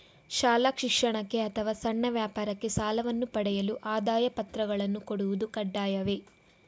ಶಾಲಾ ಶಿಕ್ಷಣಕ್ಕೆ ಅಥವಾ ಸಣ್ಣ ವ್ಯಾಪಾರಕ್ಕೆ ಸಾಲವನ್ನು ಪಡೆಯಲು ಆದಾಯ ಪತ್ರಗಳನ್ನು ಕೊಡುವುದು ಕಡ್ಡಾಯವೇ?